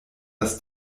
das